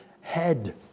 head